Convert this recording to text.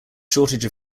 shortage